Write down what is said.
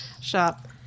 shop